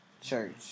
church